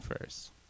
first